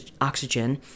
oxygen